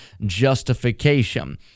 justification